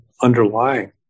underlying